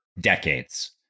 decades